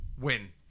Win